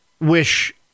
wish